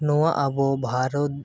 ᱱᱚᱣᱟ ᱟᱵᱚ ᱵᱷᱟᱨᱚᱛ